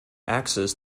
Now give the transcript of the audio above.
access